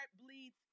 bleeds